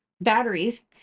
batteries